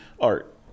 art